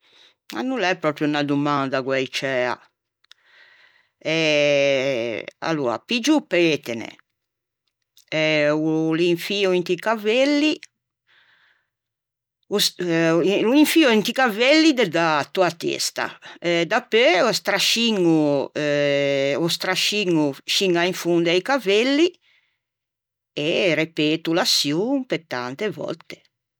A no l'é pròpio unna domanda guæi ciæa. Eh aloa piggio o petene, o l'infio inti cavelli, o l'infio inti cavelli de d'ato a-a testa, dapeu ô strasciño eh ô strasciño sciña in fondo a-i cavelli e repeto l'açion pe tante vòtte.